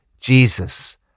Jesus